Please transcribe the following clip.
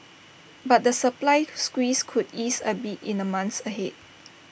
but the supply squeeze could ease A bit in the months ahead